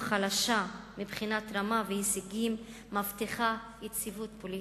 חלשה מבחינת רמה והישגים מבטיחה יציבות פוליטית,